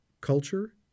culture